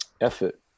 effort